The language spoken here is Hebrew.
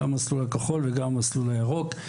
במסלול הכחול וגם במסלול הירוק.